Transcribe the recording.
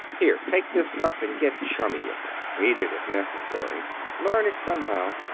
here, take this stuff. and get chummy with it. eat it, if necessary learn it somehow.